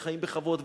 וחיים בכבוד,